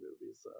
movies